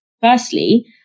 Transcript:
Firstly